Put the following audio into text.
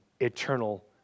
eternal